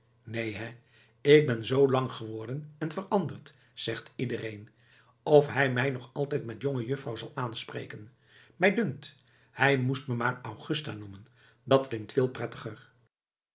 neen hé ik ben zoo lang geworden en veranderd zegt iedereen of hij mij nog altijd met jongejuffrouw zal aanspreken mij dunkt hij moest me maar augusta noemen dat klinkt veel prettiger